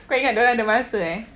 kau ingat dorang ada masa eh